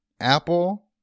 Apple